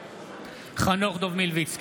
חנוך דב מלביצקי,